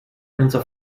unser